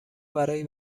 برای